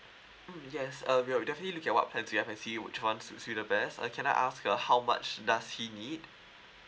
mm yes uh we'll definitely look at what plan to have and see which one would suits the best uh can I ask uh how much does he need